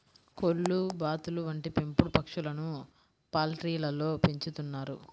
కోళ్లు, బాతులు వంటి పెంపుడు పక్షులను పౌల్ట్రీలలో పెంచుతున్నారు